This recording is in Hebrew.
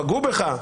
פגעו בך,